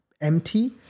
empty